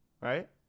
Right